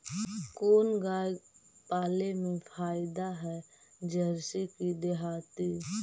कोन गाय पाले मे फायदा है जरसी कि देहाती?